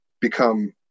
become